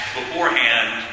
beforehand